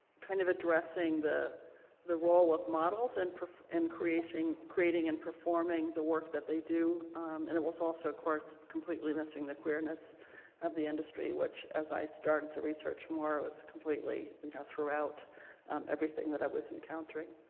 kind of addressing the the role of models and and creating creating and performing the work that they do and it was also of course completely missing the queerness of the industry which as i started to research more it was completely you know throughout everything that i was encountering.